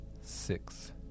six